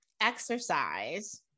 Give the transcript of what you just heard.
exercise